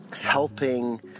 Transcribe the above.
helping